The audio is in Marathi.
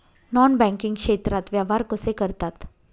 नॉन बँकिंग क्षेत्रात व्यवहार कसे करतात?